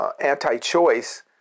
Anti-choice